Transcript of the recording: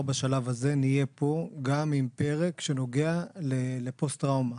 בשלב הזה נהיה כאן עם פרק שנוגע לפוסט טראומה.